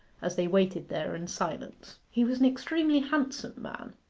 as they waited there in silence. he was an extremely handsome man,